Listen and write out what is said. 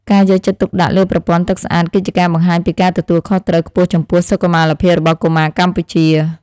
ការយកចិត្តទុកដាក់លើប្រព័ន្ធទឹកស្អាត គឺជាការបង្ហាញពីការទទួលខុសត្រូវខ្ពស់ចំពោះសុខុមាលភាពរបស់កុមារកម្ពុជា។